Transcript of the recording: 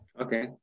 Okay